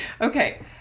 okay